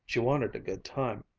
she wanted a good time,